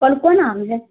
کون کون آم ہے